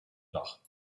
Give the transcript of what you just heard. dag